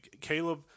Caleb